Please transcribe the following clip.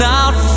out